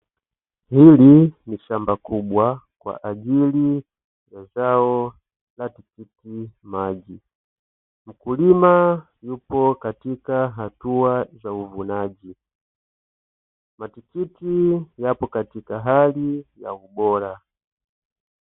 Hili ni shamba kubwa kwa ajili ya zao la tikitimaji, mkulima yupo katika hatua za uvunaji, matikiti yapo katika hali ya ubora.